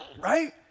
right